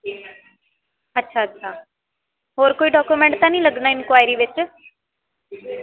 ਅੱਛਾ ਅੱਛਾ ਹੋਰ ਕੋਈ ਡਾਕੂਮੈਂਟ ਤਾਂ ਨਹੀਂ ਲੱਗਣਾ ਇਨਕੁਇਰੀ ਵਿੱਚ